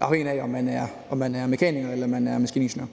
afhængigt af om man er mekaniker eller maskiningeniør.